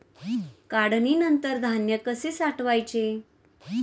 काढणीनंतर धान्य कसे साठवायचे?